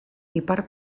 ipar